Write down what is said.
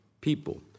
people